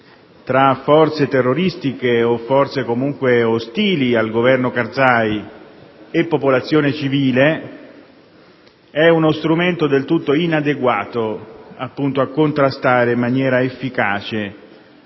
tra forze terroristiche o forze comunque ostili al Governo Karzai e popolazione civile. Si tratta di uno strumento del tutto inadeguato a contrastare in maniera efficace